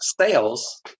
sales